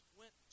went